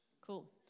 Cool